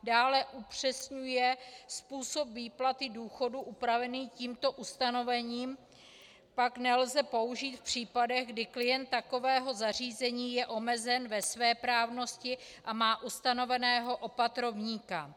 Dále upřesňuje způsob výplaty důchodu upravený tímto ustanovením pak nelze použít (?) v případech, kdy klient takového zařízení je omezen ve svéprávnosti a má ustanoveného opatrovníka.